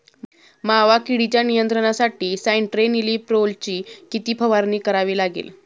मावा किडीच्या नियंत्रणासाठी स्यान्ट्रेनिलीप्रोलची किती फवारणी करावी लागेल?